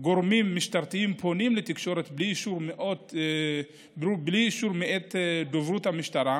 גורמים משטרתיים פונים לתקשורת בלי אישור מאת דוברות המשטרה,